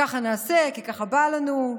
ככה נעשה כי ככה בא לנו,